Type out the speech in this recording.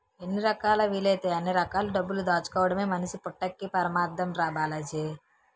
ఎన్ని రకాలా వీలైతే అన్ని రకాల డబ్బులు దాచుకోడమే మనిషి పుట్టక్కి పరమాద్దం రా బాలాజీ